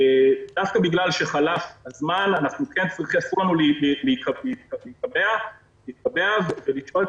דווקא בגלל שחלף הזמן אסור לנו להתקבע ולשאול את